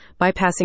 bypassing